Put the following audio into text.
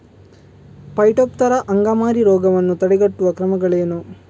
Phytophthora ಅಂಗಮಾರಿ ರೋಗವನ್ನು ತಡೆಗಟ್ಟುವ ಕ್ರಮಗಳೇನು?